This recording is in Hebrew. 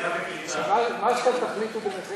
מה שאתם תחליטו ביניכם.